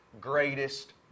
greatest